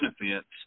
benefits